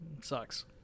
Sucks